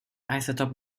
isotope